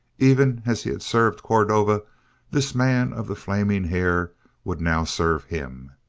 even as he had served cordova this man of the flaming hair would now serve him.